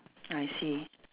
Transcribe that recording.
I see